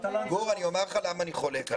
אני אומר לך, גור, למה אני חולק עליך.